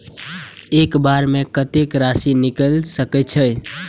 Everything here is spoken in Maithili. एक बार में कतेक राशि निकाल सकेछी?